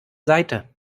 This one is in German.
seite